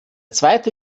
zweite